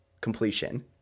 completion